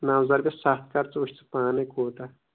نَو زَربہِ سَتھ کر ژٕ وٕچھتہٕ پانَے کوٗتاہ